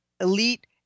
elite